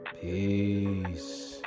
peace